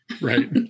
right